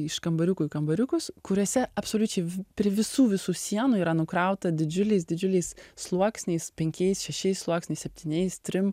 iš kambariukų į kambariukus kuriuose absoliučiai prie visų visų sienų yra nukrauta didžiuliais didžiuliais sluoksniais penkiais šešiais sluoksniais septyniais trim